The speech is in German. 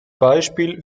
beispiel